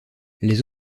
les